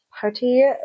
party